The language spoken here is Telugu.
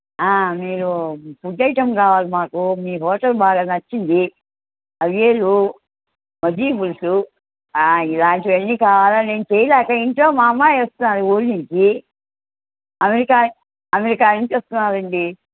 మీరు ఫుడ్ ఐటం కావాలి మాకు మీ హోటల్ బాగా నచ్చింది అవియలు మజ్జిగ పులుసు ఇలాంటివన్నీ కావాలి నేను చేయలేక ఇంట్లో మా అమ్మాయి వస్తున్నది ఊరి నించి అమెరికా అమెరికా నుంచి వస్తున్నదండి